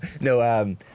no